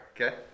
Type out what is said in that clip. Okay